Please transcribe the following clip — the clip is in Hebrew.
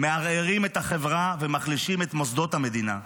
מערערים את החברה ומחלישים את מוסדות המדינה.